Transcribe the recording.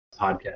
podcast